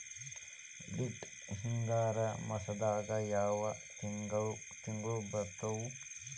Late ಹಿಂಗಾರು ಮಾಸದಾಗ ಯಾವ್ ತಿಂಗ್ಳು ಬರ್ತಾವು?